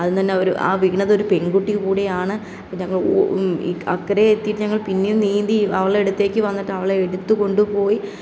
അത് തന്നെ ഒരു ആ വീണത് ഒരു പെൺകുട്ടി കൂടിയാണ് ഞങ്ങൾ അക്കരെ എത്തിയിട്ട് ഞങ്ങൾ പിന്നെയും നീന്തി അവളെ അടുത്തേക്ക് വന്നിട്ട് അവളെ എടുത്ത് കൊണ്ടുപോയി